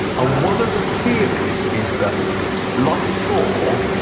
ah one of the theories is that like thor,